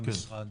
במשרד.